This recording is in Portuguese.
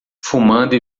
fumando